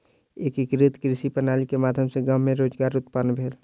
एकीकृत कृषि प्रणाली के माध्यम सॅ गाम मे रोजगार उत्पादन भेल